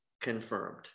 confirmed